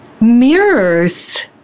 Mirrors